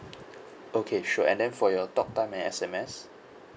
okay sure and then for your talk time and S_M_S